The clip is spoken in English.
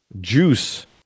juice